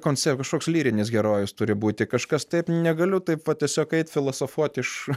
koncep kažkoks lyrinis herojus turi būti kažkas taip negaliu taip va tiesiog kaip filosofuoti iš